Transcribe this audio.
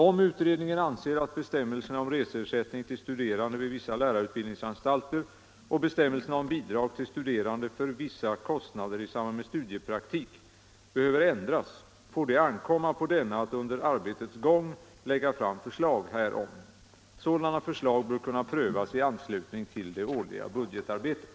Om utredningen anser att bestämmelserna om reseersättning till studerande vid vissa lärarutbildningsanstalter och bestämmelserna om bidrag till studerande för vissa kostnader i samband med studiepraktik behöver ändras, får det ankomma på denna att under arbetets gång lägga fram förslag härom. Sådana förslag bör kunna prövas i anslutning till det årliga budgetarbetet.